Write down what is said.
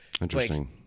interesting